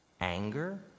anger